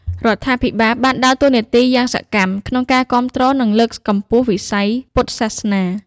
រដ្ឋាភិបាលបានដើរតួនាទីយ៉ាងសកម្មក្នុងការគាំទ្រ និងលើកកម្ពស់វិស័យពុទ្ធសាសនា។